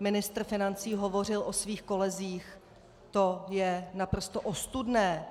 ministr financí hovořil o svých kolezích, to je naprosto ostudné.